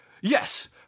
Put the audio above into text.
Yes